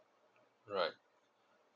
right